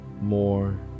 more